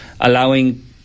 allowing